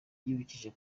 yibukije